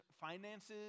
finances